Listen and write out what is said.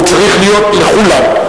הוא צריך להיות לכולם.